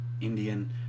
Indian